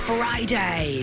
Friday